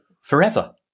forever